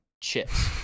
chips